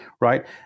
right